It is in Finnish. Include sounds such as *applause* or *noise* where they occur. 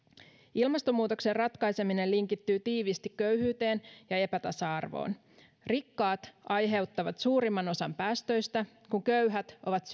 ilmastonmuutoksen ratkaiseminen linkittyy tiiviisti köyhyyteen ja epätasa arvoon rikkaat aiheuttavat suurimman osan päästöistä kun köyhät ovat *unintelligible*